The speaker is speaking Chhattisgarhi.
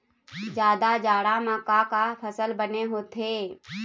जादा जाड़ा म का का फसल बने होथे?